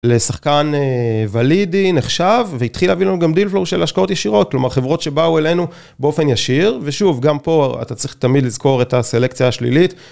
לשחקן ולידי נחשב והתחיל להביא לנו גם דילפלור של השקעות ישירות, כלומר חברות שבאו אלינו באופן ישיר ושוב, גם פה אתה צריך תמיד לזכור את הסלקציה השלילית.